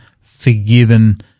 forgiven